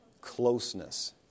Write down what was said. closeness